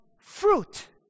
fruit